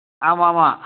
ஆமாம் ஆமாம்